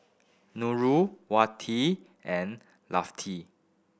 Nurul Wati and Lafti